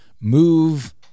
move